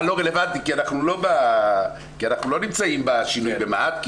הלא רלוונטי כי אנחנו לא נמצאים בשינוי במה"ט,